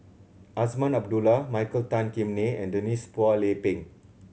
Azman Abdullah Michael Tan Kim Nei and Denise Phua Lay Peng